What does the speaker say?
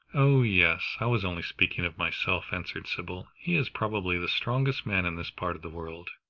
oh yes i was only speaking of myself, answered sybil. he is probably the strongest man in this part of the world.